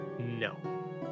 no